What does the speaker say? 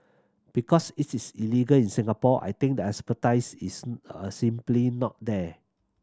because it's is illegal in Singapore I think the expertise is a simply not there